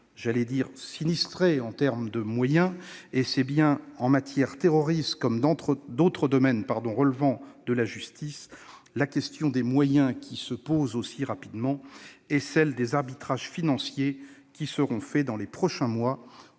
un ministère « sinistré » en termes de moyens et c'est bien, en matière terroriste comme dans d'autres domaines relevant de la justice, la question des moyens qui se pose et celle des arbitrages financiers qui seront faits dans les prochains mois,